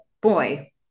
boy